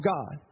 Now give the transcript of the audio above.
God